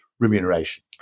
remuneration